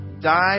die